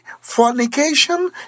fornication